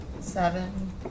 Seven